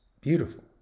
beautiful